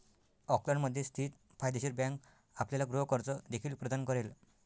ऑकलंडमध्ये स्थित फायदेशीर बँक आपल्याला गृह कर्ज देखील प्रदान करेल